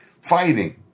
fighting